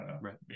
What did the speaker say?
Right